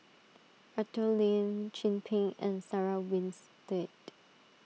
Arthur Lim Chin Peng and Sarah Winstedt